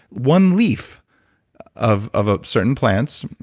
one leaf of of ah certain plants,